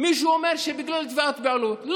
מישהו אומר שזה בגלל תביעת בעלות.